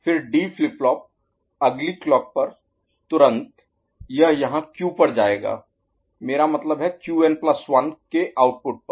फिर D flip flop अगली clock पर तुरंत यह यहाँ क्यू पर जाएगा मेरा मतलब है क्यूएन प्लस 1Qn1 के आउटपुट पर